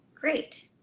Great